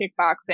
kickboxing